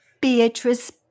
Beatrice